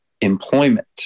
employment